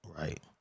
right